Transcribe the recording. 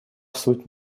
суть